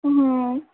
మ్మ్